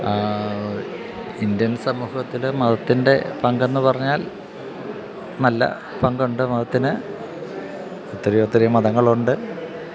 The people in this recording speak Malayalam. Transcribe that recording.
ഇന്ത്യൻ സമൂഹത്തില് മതത്തിൻ്റെ പങ്കെന്ന് പറഞ്ഞാൽ നല്ല പങ്കുണ്ട് മതത്തിന് ഒത്തിരി ഒത്തിരി മതങ്ങളുണ്ട്